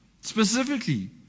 Specifically